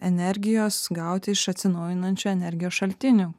energijos gauti iš atsinaujinančių energijos šaltinių